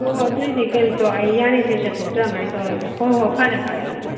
ꯑꯣ ꯑꯗꯨꯏꯗꯤ ꯀꯩꯅꯣ ꯇꯧ ꯑꯩ ꯌꯥꯔꯤꯈꯩ ꯆꯠꯊꯣꯛꯇꯅꯤꯡꯉꯥꯏ ꯇꯧꯔꯒꯦ ꯍꯣꯏ ꯍꯣꯏ ꯐꯔꯦ ꯐꯔꯦ ꯑꯗꯨꯗꯤ